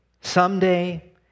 someday